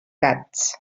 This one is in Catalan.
gats